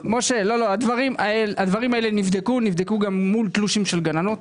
הדברים האלה נבדקו ונבדקו גם מול תלושים של גננות.